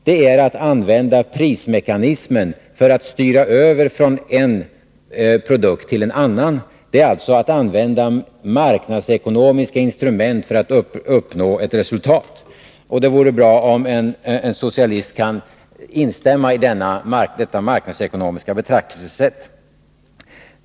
Det är att använda prismekanismen för att styra över från en produkt till en annan. Det är alltså att använda marknadsekonomiska instrument för att uppnå ett resultat. Det vore bra om en socialist kunde instämma i detta marknadsekonomiska betraktelsesätt.